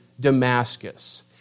Damascus